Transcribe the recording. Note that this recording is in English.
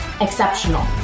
exceptional